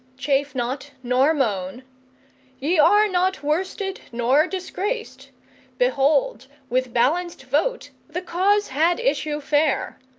chafe not nor moan ye are not worsted nor disgraced behold, with balanced vote the cause had issue fair,